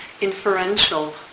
inferential